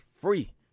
free